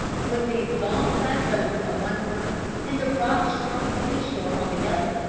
with these gaunt plateaux on one side and the rock-strewn seashore on the other,